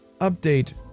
Update